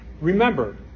Remember